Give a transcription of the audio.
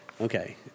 Okay